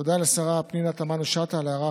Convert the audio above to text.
תודה לשרה פנינה תמנו שטה על ההערה